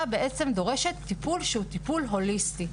בעצם דורשת טיפול שהוא טיפול הוליסטי.